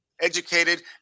educated